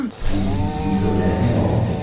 please, you go to hell!